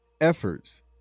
efforts